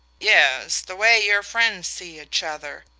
yes the way your friends see each other.